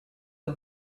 the